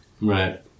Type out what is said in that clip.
right